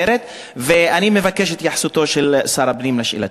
ואני מבקש את התייחסותו של שר הפנים לשאלתי.